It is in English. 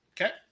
Okay